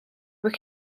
were